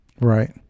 Right